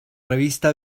revista